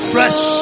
Fresh